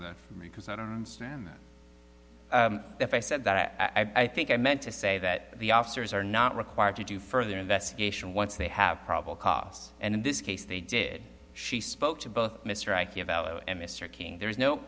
that for me because i don't understand that if i said that i think i meant to say that the officers are not required to do further investigation once they have probable cause and in this case they did she spoke to both